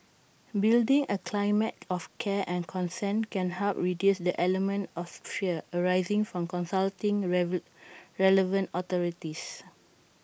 building A climate of care and concern can help reduce the element of fear arising from consulting river relevant authorities